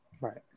Right